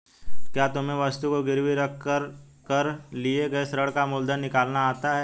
क्या तुम्हें वस्तु को गिरवी रख कर लिए गए ऋण का मूलधन निकालना आता है?